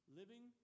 living